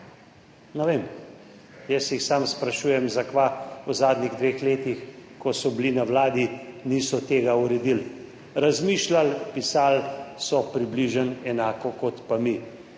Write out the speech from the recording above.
ne vem, jaz jih samo sprašujem, zakaj v zadnjih dveh letih, ko so bili na vladi, niso tega uredili, razmišljali, pisali so približno enako kot pa mi.